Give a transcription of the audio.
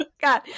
God